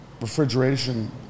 refrigeration